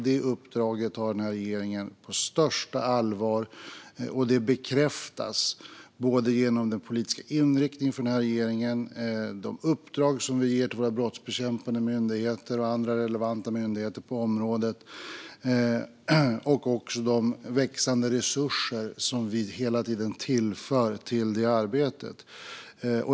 Detta uppdrag tar regeringen på största allvar, och det bekräftas både genom regeringens politiska inriktning, genom de uppdrag som vi ger till våra brottsbekämpande myndigheter och andra relevanta myndigheter på området och genom de växande resurser som vi hela tiden tillför arbetet.